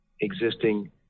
existing